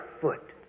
foot